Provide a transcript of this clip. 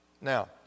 Now